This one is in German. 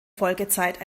folgezeit